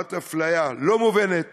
לעומת אפליה לא מובנת